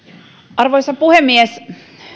arvoisa puhemies